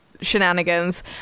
shenanigans